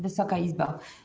Wysoka Izbo!